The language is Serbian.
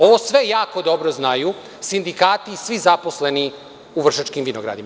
Ovo sve jako dobro znaju sindikati i svi zaposleni u Vršačkim vinogradima.